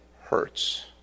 hurts